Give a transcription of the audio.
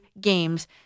games